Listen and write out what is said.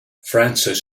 francis